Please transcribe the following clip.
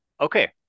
Okay